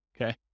okay